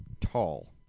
tall